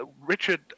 Richard